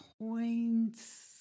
Points